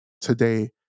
Today